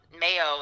Mayo